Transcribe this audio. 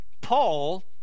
Paul